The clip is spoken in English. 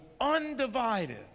undivided